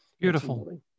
Beautiful